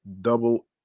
double